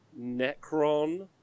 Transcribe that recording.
Necron